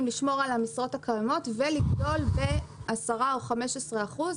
לשמור על המשרות הקיימות ולגדול ב-10 או 15 אחוזים,